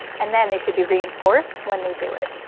and then they should be reinforced when they do it.